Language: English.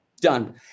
Done